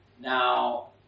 Now